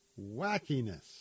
wackiness